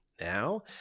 now